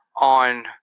on